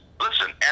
listen